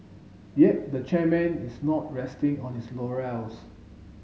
yet the chairman is not resting on his laurels